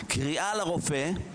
בקריאה לרופא,